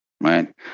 right